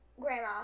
Grandma